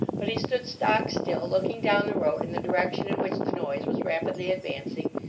but he stood stock still, looking down the road in the direction in which the noise was rapidly advancing,